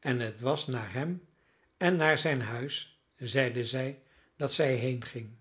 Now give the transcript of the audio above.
en het was naar hem en naar zijn huis zeide zij dat zij heenging